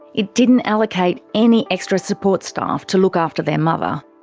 it didn't allocate any extra support staff to look after their mother,